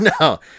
No